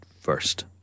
first